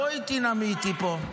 בואי תנאמי איתי פה.